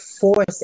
force